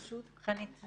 חנית.